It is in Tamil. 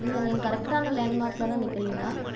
இல்லை நீங்கள் கரெக்டான லேண்ட்மார்கில்தான் நிற்குறீங்களா